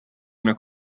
una